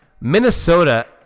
Minnesota